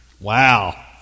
Wow